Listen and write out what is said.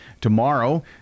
Tomorrow